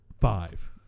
Five